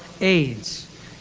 AIDS